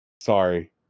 sorry